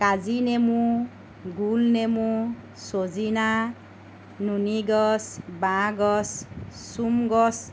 কাজিনেমু গোলনেমু ছজিনা নুনীগছ বাঁহগছ চোমগছ